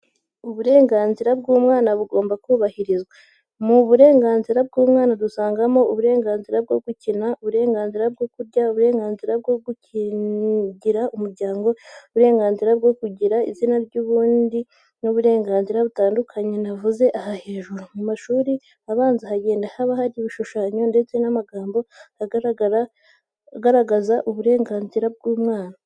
Uburenganzira bw'umwana bugomba kubahirizwa. Mu burenganzira bw'umwana dusangamo, uburenganzira bwo gukina, uburenganzira bwo kurya, uburenganzira bwo kugira umuryango, uburenganzira bwo kugira izina n'ubundi burenganzira butandukanye ntavuze aha hejuru. Mu mashuri abanza hagenda haba hari ibishushanyo ndetse n'amagambo agaragaza uburenganzira bw'umwana.